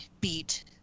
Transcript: beat